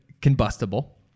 combustible